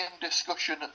discussion